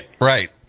Right